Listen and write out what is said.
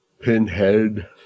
Pinhead